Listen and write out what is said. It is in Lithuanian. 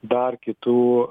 dar kitų